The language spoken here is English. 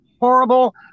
horrible